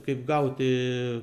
kaip gauti